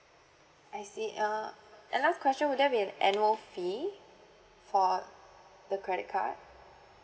I see err and last question will there be an annual fee for the credit card